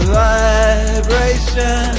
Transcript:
vibration